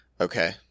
Okay